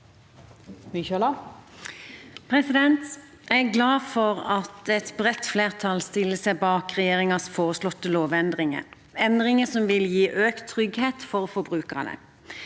Jeg er glad for at et bredt flertall stiller seg bak regjeringens foreslåtte lovendringer, endringer som vil gi økt trygghet for forbrukerne.